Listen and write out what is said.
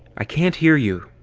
i can't hear you!